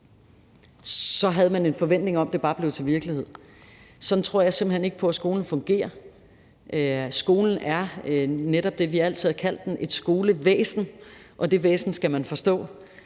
havde man en forventning om, at det bare blev til virkelighed. Sådan tror jeg simpelt hen ikke på at skolen fungerer. Skolen er netop det, vi altid har kaldt den, nemlig et skolevæsen, og det væsen skal man forstå.